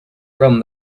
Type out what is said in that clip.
from